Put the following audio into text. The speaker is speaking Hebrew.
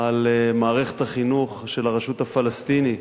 על מערכת החינוך של הרשות הפלסטינית,